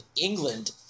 England